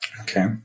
Okay